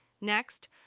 Next